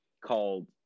called